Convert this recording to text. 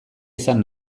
izan